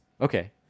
Okay